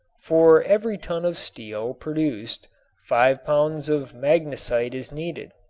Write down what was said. for every ton of steel produced five pounds of magnesite is needed.